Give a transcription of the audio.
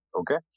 Okay